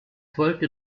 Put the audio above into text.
folgte